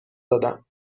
دادم